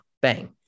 Bang